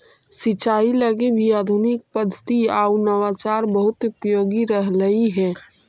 सिंचाई लगी भी आधुनिक पद्धति आउ नवाचार बहुत उपयोगी रहलई हे